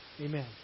amen